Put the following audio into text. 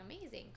amazing